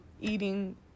eating